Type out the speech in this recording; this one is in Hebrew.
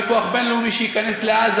בכוח בין-לאומי שייכנס לעזה,